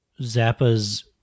Zappa's